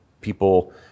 people